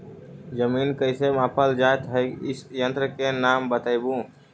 जमीन कैसे मापल जयतय इस यन्त्र के नाम बतयबु?